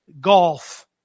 golf